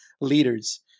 leaders